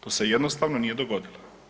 To se jednostavno nije dogodilo.